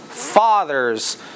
fathers